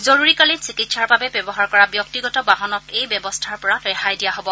জৰুৰীকালীন চিকিৎসাৰ বাবে ব্যৱহাৰ কৰা ব্যক্তিগত বাহনক এই ব্যৱস্থাৰ পৰা ৰেহাই দিয়া হব